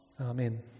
Amen